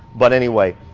but anyway,